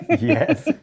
Yes